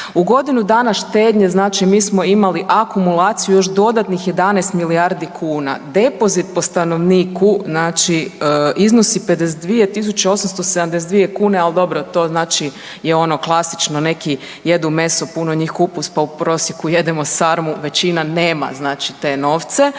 U godinu dana štednje znači mi smo imali akumulaciju još dodatnih 11 milijardi kuna. Depozit po stanovniku, znači iznosi 52.872 kune, al dobro to znači je ono klasično, neki jedu meso, puno njih kupus, pa u prosjeku jedemo sarmu, većina nema znači te novce.